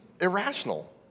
irrational